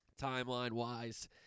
timeline-wise